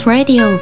Radio